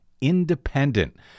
independent